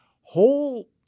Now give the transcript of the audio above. whole